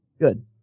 Good